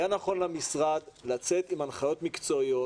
היה נכון למשרד לצאת עם הנחיות מקצועיות